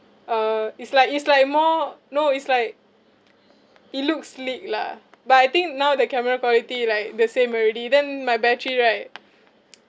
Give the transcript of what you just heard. uh it's like it's like more no it's like it looks sleek lah but I think now the camera quality like the same already then my battery right